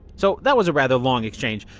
so that was a rather long exchange,